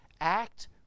act